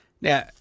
Now